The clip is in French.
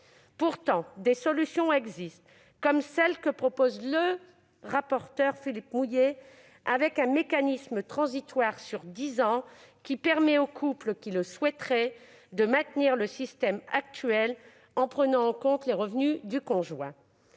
Pourtant des solutions existent, comme celle que propose le rapporteur Philippe Mouiller, avec un mécanisme transitoire sur dix ans, qui permet aux couples qui le souhaiteraient de maintenir le système actuel en prenant en compte les revenus du conjoint.